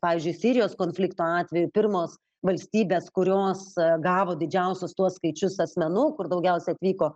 pavyzdžiui sirijos konflikto atveju pirmos valstybės kurios gavo didžiausius tuos skaičius asmenų kur daugiausia atvyko